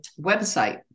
website